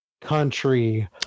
Country